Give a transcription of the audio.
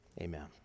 amen